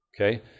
Okay